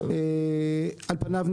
על פניו,